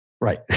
right